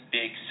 big